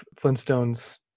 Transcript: Flintstones